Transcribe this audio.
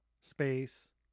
space